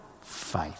faith